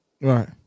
Right